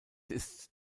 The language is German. ist